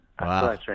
Wow